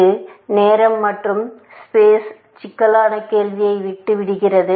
இது நேரம் மற்றும் ஸ்பேஸ் சிக்கலான கேள்வியை விட்டு விடுகிறது